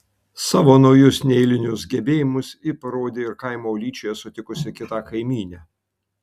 savo naujus neeilinius gebėjimus ji parodė ir kaimo ūlyčioje sutikusi kitą kaimynę